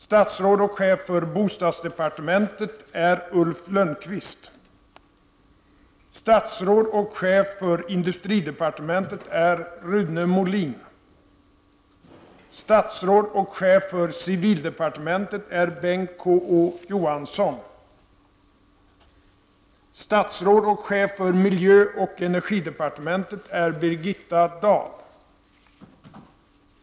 Statsråd och chef för bostadsdepartementet är Ulf Lönnqvist. Statsråd och chef för industridepartementet är Rune Molin. Statsråd och chef för civildepartementet är Bengt K Å Johansson. Statsråd och chef för miljöoch energidepartementet är Birgitta Dahl.